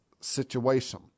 situation